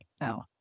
No